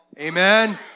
Amen